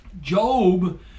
Job